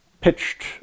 pitched